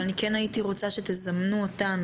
אבל אני כן הייתי רוצה שתזמנו אותנו,